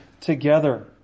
together